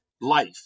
life